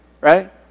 right